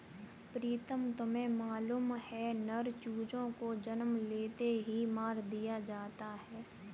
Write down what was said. प्रीतम तुम्हें मालूम है नर चूजों को जन्म लेते ही मार दिया जाता है